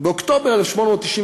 באוקטובר 1898,